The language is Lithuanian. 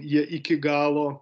jie iki galo